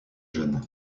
jeune